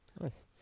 Nice